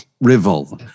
Revolver